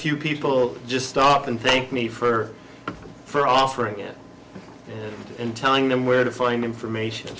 few people just stopped and thanked me for for offering it and telling them where to find information